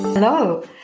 Hello